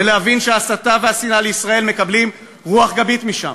ולהבין שההסתה והשנאה לישראל מקבלות רוח גבית משם.